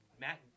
Matt